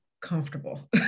comfortable